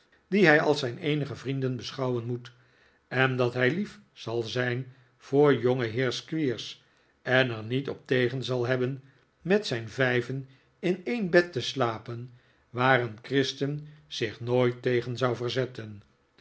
die hij als zijn eenige vrienden beschouwen moet en dat hij lief zal zijn voor jongenheer squeers en er niet op tegen zal hebben met zijn vijven in een bed te slapen waar een christen zich nooit tegen zou verzetten